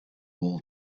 old